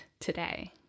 today